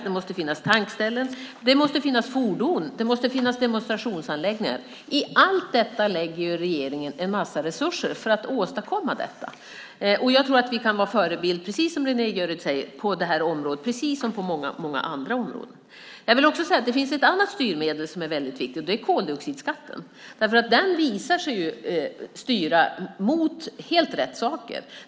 Det måste finnas tankställen, det måste finnas fordon och det måste finnas demonstrationsanläggningar. Regeringen tillför en massa resurser för att åstadkomma detta. Jag tror att vi kan vara en förebild, som Renée Jeryd säger, på detta område precis som på många andra områden. Det finns ett annat styrmedel som är väldigt viktigt, och det är koldioxidskatten. Den visar sig styra mot helt rätt saker.